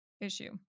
issue